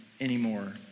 anymore